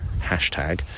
Hashtag